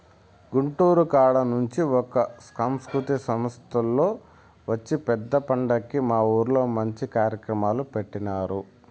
గుంటూరు కాడ నుంచి ఒక సాంస్కృతిక సంస్తోల్లు వచ్చి పెద్ద పండక్కి మా ఊర్లో మంచి కార్యక్రమాలు పెట్టినారు